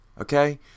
Okay